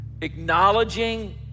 acknowledging